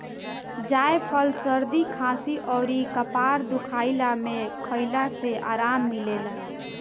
जायफल सरदी खासी अउरी कपार दुखइला में खइला से आराम मिलेला